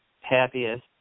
happiest